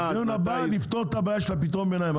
בדיון הבא נפתור את הבעיה של פתרון הביניים.